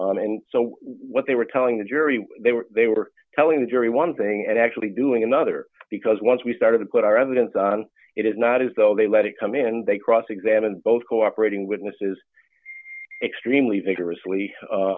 circumstances and so what they were telling the jury they were they were telling the jury one thing and actually doing another because once we started to put our evidence on it is not as though they let it come in and they cross examined both cooperating witnesses extremely vigorously